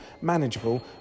manageable